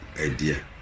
idea